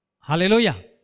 Hallelujah